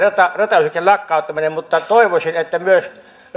ratayhteyksien lakkauttaminen mutta toivoisin että myös